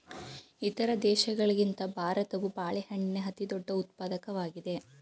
ಇತರ ದೇಶಗಳಿಗಿಂತ ಭಾರತವು ಬಾಳೆಹಣ್ಣಿನ ಅತಿದೊಡ್ಡ ಉತ್ಪಾದಕವಾಗಿದೆ